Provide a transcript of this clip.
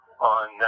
on